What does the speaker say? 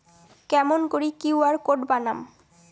কেমন করি QR code বানাম?